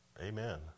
Amen